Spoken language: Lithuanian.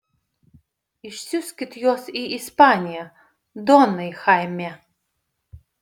išsiųskit juos į ispaniją donai chaime